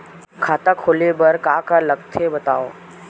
खाता खोले बार का का लगथे बतावव?